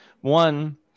one